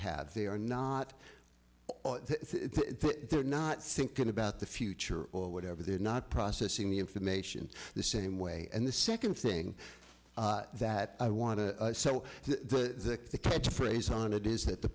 have they are not they're not thinking about the future or whatever they're not processing the information the same way and the second thing that i want to so the catch phrase on it is that the